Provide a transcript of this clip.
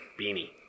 Beanie